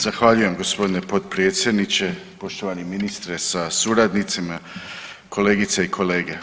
Zahvaljujem g. potpredsjedniče, poštovani ministre sa suradnicima, kolegice i kolege.